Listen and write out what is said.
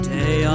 day